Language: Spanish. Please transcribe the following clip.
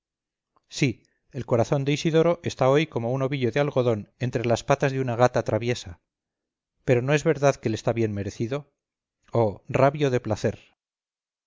sí el corazón de isidoro está hoy como un ovillo de algodón entre las patas de una gata traviesa pero no es verdad que le está bien merecido oh rabio de placer